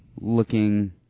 looking